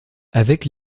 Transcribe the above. avec